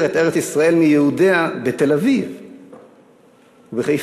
את ארץ-ישראל מיהודיה בתל-אביב ובחיפה.